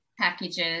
packages